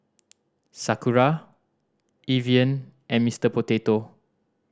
Sakura Evian and Mieter Potato